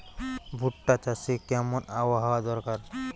ভুট্টা চাষে কেমন আবহাওয়া দরকার?